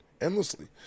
Endlessly